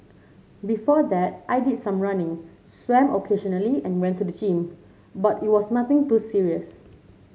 before that I did some running swam occasionally and went to the gym but it was nothing too serious